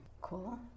Cool